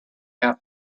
half